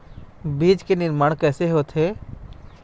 बीज के निर्माण कैसे होथे?